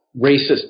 racist